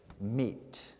meet